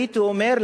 הייתי אומר,